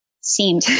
seemed